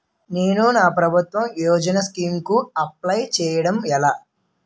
నేను నా ప్రభుత్వ యోజన స్కీం కు అప్లై చేయడం ఎలా?